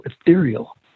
ethereal